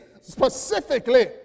specifically